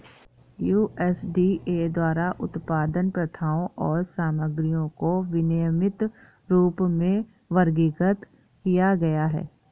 USDA द्वारा उत्पादन प्रथाओं और सामग्रियों को विनियमित रूप में वर्गीकृत किया गया है